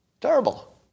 Terrible